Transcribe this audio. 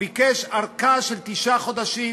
ביקש ארכה של תשעה חודשים.